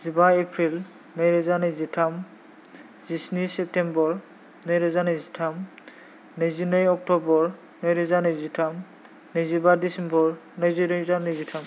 जिबा एप्रिल नैरोजा नैजिथाम जिस्नि सेप्टेमबर नैरोजा नैजिथाम नैजिनै अक्टबर नैरोजा नैजिथाम नैजिबा डिसेम्बर नैजिरोजा नैजिथाम